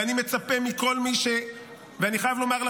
ואני מצפה מכל מי, ואני חייב לומר לכם,